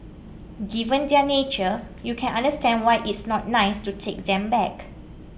given their nature you can understand why it's not nice to take them back